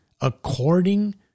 according